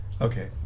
Okay